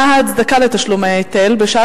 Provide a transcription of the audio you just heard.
1. מה היא ההצדקה לתשלום ההיטל בשעה